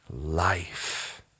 life